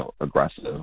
aggressive